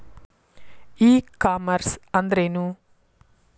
E commerce ಅಂದ್ರೇನು?